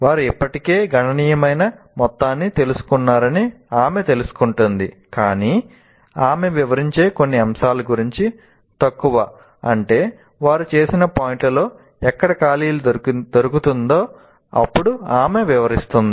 వారు ఇప్పటికే గణనీయమైన మొత్తాన్ని తెలుసుకున్నారని ఆమె తెలుసుకుంటుంది కానీ ఆమె వివరించే కొన్ని అంశాల గురించి తక్కువ అంటే వారు చేసిన పాయింట్లలో ఎక్కడ ఖాళీలు దొరుకుతుందో అప్పుడు ఆమె వివరిస్తుంది